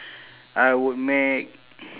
I would make